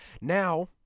Now